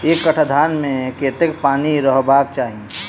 एक कट्ठा धान मे कत्ते पानि रहबाक चाहि?